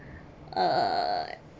uh